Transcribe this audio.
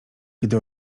gdy